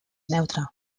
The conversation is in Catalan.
neutre